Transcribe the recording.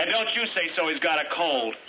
i don't you say so he's got a cold